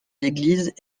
l’église